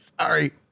Sorry